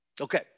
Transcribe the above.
Okay